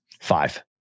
Five